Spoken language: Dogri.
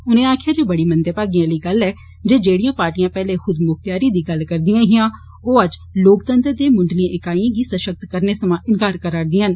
उनें आक्खेआ जे बड़ी मंदे भागें आह्ली गल्ल ऐ जेडियां पार्टीयां पैहले खुदमुख्तयारी दी गल्ल करदियां हियां ओ अज्ज लोकतंत्र दे मुंडलीएं इकाईयें गी सशक्त करने समां इंकार करा'रदियां न